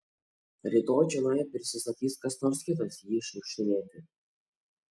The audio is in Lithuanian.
rytoj čionai prisistatys kas nors kitas jį šniukštinėti